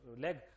leg